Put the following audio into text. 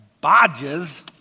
badges